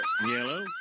Yellow